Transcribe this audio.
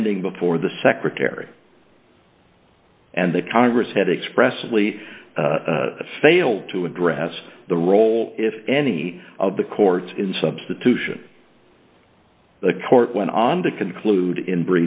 pending before the secretary and the congress had expressly failed to address the role if any of the courts in substitution the court went on to conclude